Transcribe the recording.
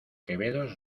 quevedos